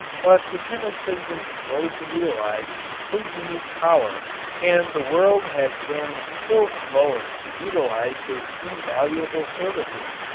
but the chemist has been slow to realize his unique power and the world has been still slower to utilize his invaluable services.